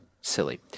silly